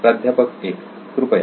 प्राध्यापक 1 कृपया